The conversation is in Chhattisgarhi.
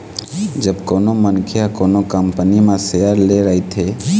जब कोनो मनखे ह कोनो कंपनी म सेयर ले रहिथे